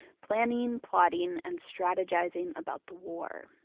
planning, plotting and strategizing about the war.